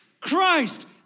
Christ